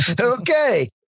Okay